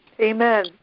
Amen